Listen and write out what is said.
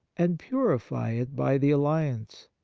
and purify it by the alliance.